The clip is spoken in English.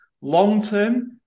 long-term